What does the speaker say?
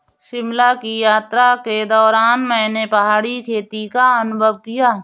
शिमला की यात्रा के दौरान मैंने पहाड़ी खेती का अनुभव किया